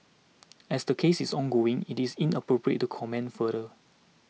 as the case is ongoing it is inappropriate to comment further